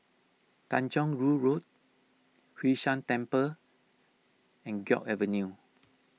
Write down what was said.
Tanjong Rhu Road Hwee San Temple and Guok Avenue